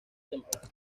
temporada